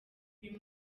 uyu